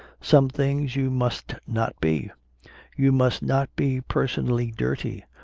some things you must not be you must not be personally dirty,